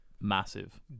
Massive